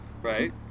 right